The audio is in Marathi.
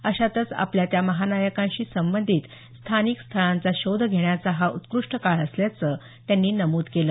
अशातच आपल्या त्या महानायकांशी संबंधित स्थानिक स्थळांचा शोध घेण्याचा हा उत्कृष्ट काळ असल्याचं त्यांनी नमूद केलं